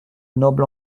noble